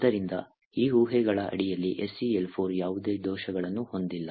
ಆದ್ದರಿಂದ ಈ ಊಹೆಗಳ ಅಡಿಯಲ್ಲಿ SeL4 ಯಾವುದೇ ದೋಷಗಳನ್ನು ಹೊಂದಿಲ್ಲ